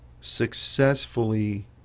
successfully